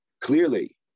Clearly